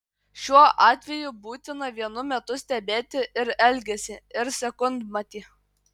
šiuo atveju būtina vienu metu stebėti ir elgesį ir sekundmatį